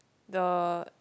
the